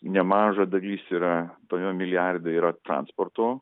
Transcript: nemaža dalis yra tame milijarde yra transporto